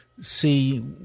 see